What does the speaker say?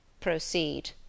Proceed